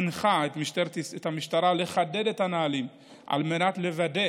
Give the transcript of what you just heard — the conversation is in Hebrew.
הנחה את המשטרה לחדד את הנהלים על מנת לוודא